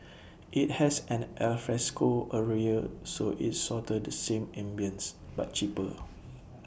IT has an alfresco area so it's sorta the same ambience but cheaper